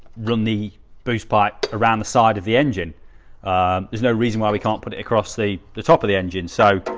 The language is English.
rhymney push bike around the side of the engine is no reason. why we can't put it across the the top of the engine so